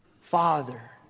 Father